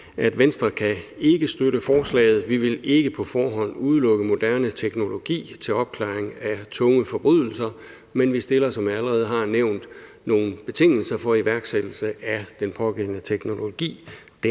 at Venstre ikke kan støtte forslaget. Vi vil ikke på forhånd udelukke moderne teknologi til opklaring af tunge forbrydelser, men vi stiller, som jeg allerede har nævnt, nogle betingelser for iværksættelse af den pågældende teknologi